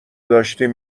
داشتیم